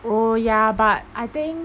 oh ya but I think